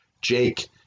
Jake